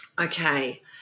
Okay